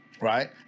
Right